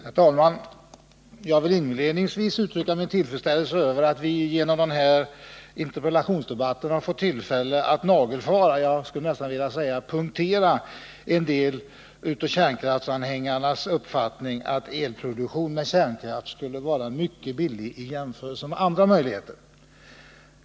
Herr talman! Jag vill inledningsvis uttrycka min tillfredsställelse över att vi genom interpellationsdebatterna får tillfälle att nagelfara, jag skulle nästan vilja säga punktera, vissa kärnkraftsanhängares uppfattning att elproduktion med kärnkraft skulle vara mycket billig i jämförelse med andra metoder.